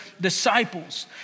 disciples